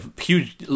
huge